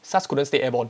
SARS couldn't stay airborne